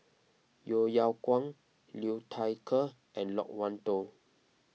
Yeo Yeow Kwang Liu Thai Ker and Loke Wan Tho